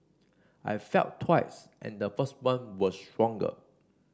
I felt twice and the first one was stronger